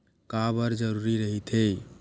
का बार जरूरी रहि थे?